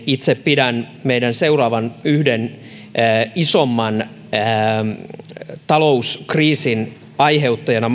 itse pidän meidän seuraavan isomman talouskriisin yhtenä mahdollisena aiheuttajana